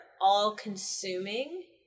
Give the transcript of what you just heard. all-consuming